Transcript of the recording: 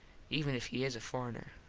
even if he is a forener.